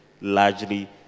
largely